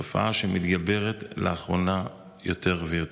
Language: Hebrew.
תופעה שמתגברת לאחרונה יותר ויותר.